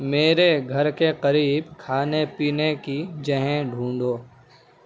میرے گھر کے قریب کھانے پینے کی جہیں ڈھونڈو